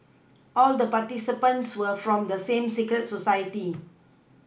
all the participants were from the same secret society